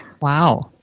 Wow